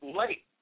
late